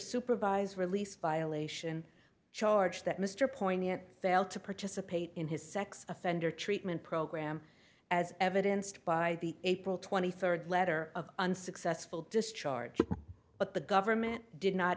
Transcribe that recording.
supervised release violation charge that mr poignant failed to participate in his sex offender treatment program as evidenced by the april twenty third letter of unsuccessful discharge but the government did not